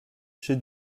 chez